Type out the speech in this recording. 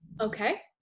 okay